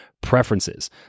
preferences